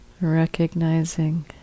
recognizing